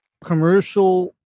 commercial